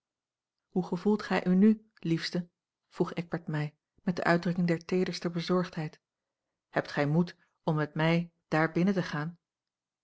hoe gevoelt gij u n liefste vroeg eckbert mij met de uitdrukking der teederste bezorgdheid hebt gij moed om met mij dààr binnen te gaan